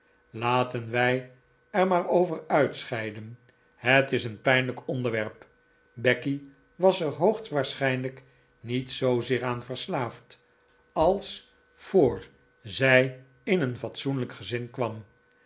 laten wij er maar over uitscheiden het is een pijnlijk onderwerp becky was er hoogstwaarschijnlijk niet zoozeer aan verslaafd als voor zij in een fatsoenlijk gezin kwam